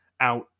out